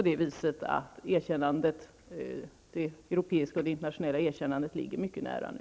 Det europeiska och det internationella erkännandet ligger nog mycket nära nu.